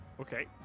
Okay